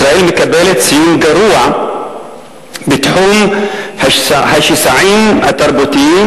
ישראל מקבלת ציון גרוע בתחום השסעים התרבותיים,